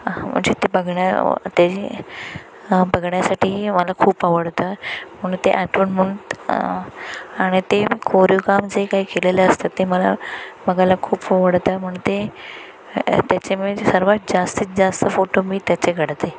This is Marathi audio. म्हणजे ते बघण्या ते बघण्यासाठी मला खूप आवडतं म्हणून ते आठवण म्हणून आणि ते कोरीवकाम जे काही केलेलं असतं ते मला बघायला खूप आवडतं म्हणून ते त्याच्यामुळे जे सर्वात जास्तीत जास्त फोटो मी त्याचे काढते